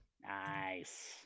Nice